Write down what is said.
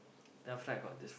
then after that I got this